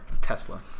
Tesla